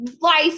life